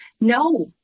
No